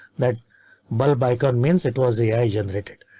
that bulb icon means it was the i generated.